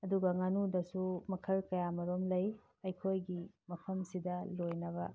ꯑꯗꯨꯒ ꯉꯥꯅꯨꯗꯁꯨ ꯃꯈꯜ ꯀꯌꯥꯃꯔꯨꯝ ꯂꯩ ꯑꯩꯈꯣꯏꯒꯤ ꯃꯐꯝꯁꯤꯗ ꯂꯣꯏꯅꯕ